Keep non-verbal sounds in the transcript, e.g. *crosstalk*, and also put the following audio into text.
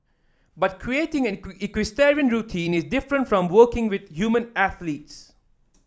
but creating an *unintelligible* equestrian routine is different from working with human athletes